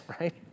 right